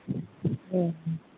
হুম